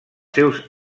seus